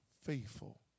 Faithful